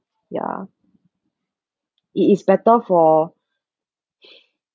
ya it is better for